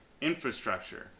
infrastructure